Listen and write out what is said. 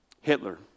Hitler